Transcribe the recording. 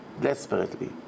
Desperately